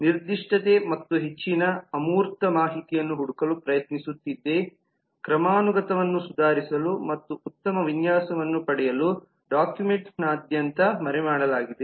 ನಿರ್ದಿಷ್ಟತೆ ಮತ್ತು ಹೆಚ್ಚಿನ ಅಮೂರ್ತ ಮಾಹಿತಿಯನ್ನು ಹುಡುಕಲು ಪ್ರಯತ್ನಿಸುತ್ತಿದೆ ಕ್ರಮಾನುಗತವನ್ನು ಸುಧಾರಿಸಲು ಮತ್ತು ಉತ್ತಮ ವಿನ್ಯಾಸವನ್ನು ಪಡೆಯಲು ಡಾಕ್ಯುಮೆಂಟ್ನಾದ್ಯಂತ ಮರೆಮಾಡಲಾಗಿದೆ